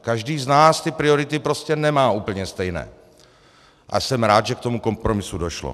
Každý z nás ty priority prostě nemá úplně stejné a jsem rád, že k tomu kompromisu došlo.